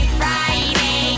friday